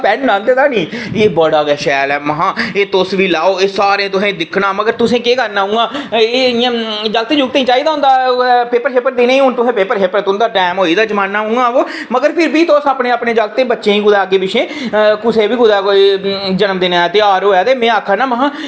pen लैते दा नी एह् बड़ा गै शैल ऐ महां एह् तुस बी लेओ एह् सारा तुसें दिक्खना मतलब तुसें केह् करना इं'या एह् इं'या जागतें गी चाहिदा होंदा इंया पेपर देने ई ते हून तुसें टैम होई दा जमाना उ'आं बाऽ मगर फिर बी तुस अपने जागते गी अग्गें पिच्छुआं कुदै कुसै दा बी कोई जन्मदिन दा ध्यार होऐ ते में आक्खा ना